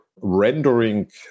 rendering